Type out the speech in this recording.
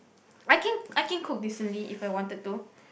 I can I can cook decently If I wanted to